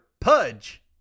Pudge